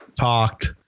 talked